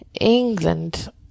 England